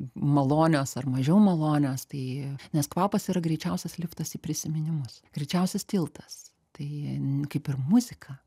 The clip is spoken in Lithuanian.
malonios ar mažiau malonios tai nes kvapas yra greičiausias liftas į prisiminimus greičiausias tiltas tai kaip ir muzika